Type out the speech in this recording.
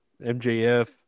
MJF